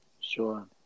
sure